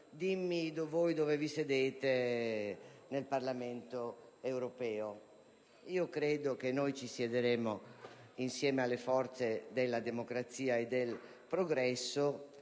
di dirgli dove siederemo nel Parlamento europeo. Io credo che noi ci siederemo insieme alle forze della democrazia e del progresso